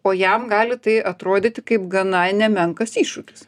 o jam gali tai atrodyti kaip gana nemenkas iššūkis